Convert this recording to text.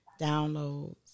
downloads